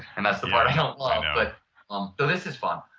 and that's the part i don't love, but um though this is fun,